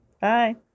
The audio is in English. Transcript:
Bye